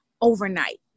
overnight